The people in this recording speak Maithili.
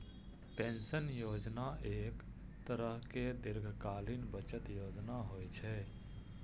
पेंशन योजना एक तरहक दीर्घकालीन बचत योजना होइ छै